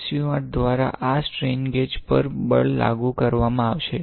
SU 8 દ્વારા આ strain gauge પર બળ લાગુ કરવામાં આવશે